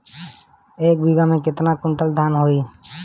एक बीगहा में केतना कुंटल धान होई?